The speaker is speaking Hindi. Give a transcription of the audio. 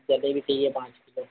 जलेबी चाहिए पाँच किलो